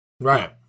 Right